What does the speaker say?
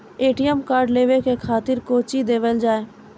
ATM card लेवे के खातिर कौंची देवल जाए?